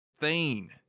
Thane